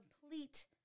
complete